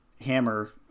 hammer